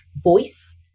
voice